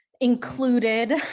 included